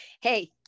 Hey